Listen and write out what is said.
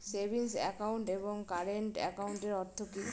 Savings account এবং current একাউন্টের অর্থ কি?